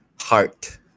Heart